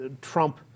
Trump